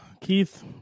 keith